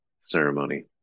ceremony